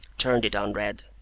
turned it on red,